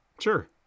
Sure